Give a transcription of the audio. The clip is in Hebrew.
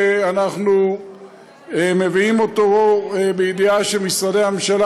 ואנחנו מביאים אותו בידיעה שמשרדי הממשלה